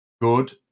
good